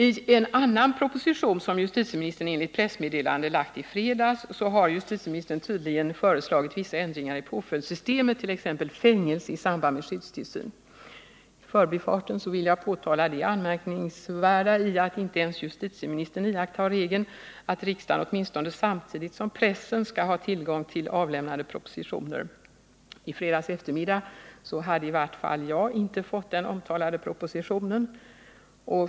I en annan proposition, som justitieministern enligt pressmeddelande lade fram i fredags, har justitieministern tydligen föreslagit vissa ändringar i påföljdssystemet, t.ex. fängelse i samband med skyddstillsyn. I förbifarten vill jag påtala det anmärkningsvärda i att inte ens justitieministern själv iakttar regeln att riksdagen åtminstone samtidigt med pressen skall ha tillgång till avlämnade propositioner — i fredags eftermiddag hade i vart fall inte jag fått den omtalade propositionen.